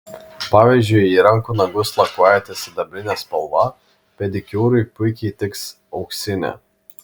pavyzdžiui jei rankų nagus lakuojate sidabrine spalva pedikiūrui puikiai tiks auksinė